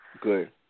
Good